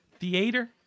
theater